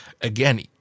again